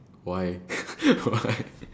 why why